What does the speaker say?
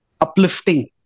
uplifting